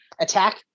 attack